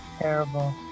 Terrible